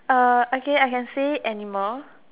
uh okay I can say animal